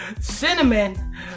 Cinnamon